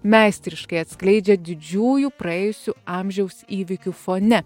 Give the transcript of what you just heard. meistriškai atskleidžia didžiųjų praėjusių amžiaus įvykių fone